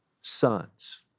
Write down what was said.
sons